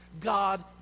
God